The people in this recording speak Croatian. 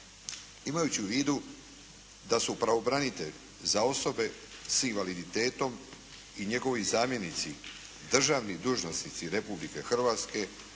Imajući u vidu da su pravobranitelj za osobe s invaliditetom i njegovi zamjenici državni dužnosnici Republike Hrvatske